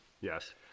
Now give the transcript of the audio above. yes